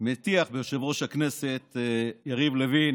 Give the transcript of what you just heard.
מטיח ביושב-ראש הכנסת יריב לוין